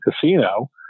Casino